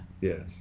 Yes